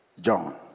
John